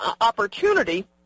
Opportunity